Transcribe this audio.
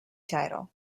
title